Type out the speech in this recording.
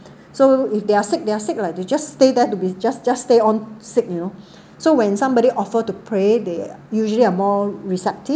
so if they are sick they are sick lah they just stay there to be just just stay on sick you know so when somebody offered to pray they usually are more receptive